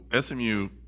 SMU